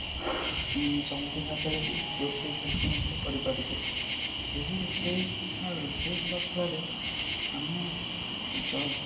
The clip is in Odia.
ଜଲ୍ଦି ଭାବରେ ରୋଷେଇ କାର୍ଯ୍ୟ ମଧ୍ୟ କରିପାରୁଛୁ ଏହି ରୋଷେଇ ଏହା ରୋଷେଇ ହେବା ଫଳରେ ଆମେ